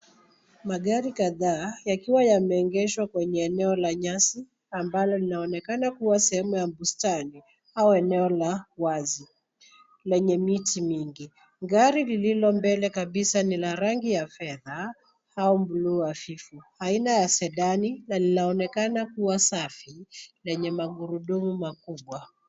Magari kadhaa yakiwa yameegeshwa kwenye eneo la nyasi ambalo linaonekana kuwa sehemu ya bustani au eneo la wazi lenye miti mingi. Gari lililo mbele kabisa ni la rangi ya fedha au buluu hafifu aina ya sedani na linaonekana kua safi lenye magurudumu makubwa.